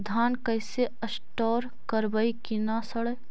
धान कैसे स्टोर करवई कि न सड़ै?